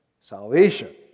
salvation